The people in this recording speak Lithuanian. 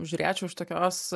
žiūrėčiau iš tokios